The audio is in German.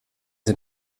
sie